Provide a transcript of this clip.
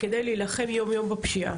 כדי להילחם יום יום בפשיעה.